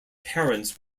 parents